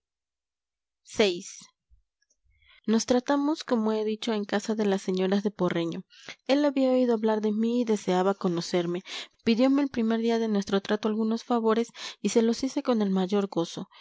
nacido nos tratamos como he dicho en casa de las señoras de porreño él había oído hablar de mí y deseaba conocerme pidiome el primer día de nuestro trato algunos favores y se los hice con el mayor gozo